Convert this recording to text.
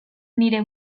nire